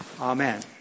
Amen